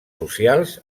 socials